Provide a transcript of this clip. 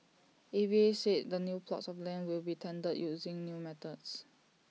A V A said the new plots of land will be tendered using new methods